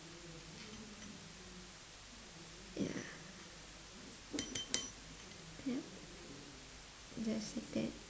ya ya just like that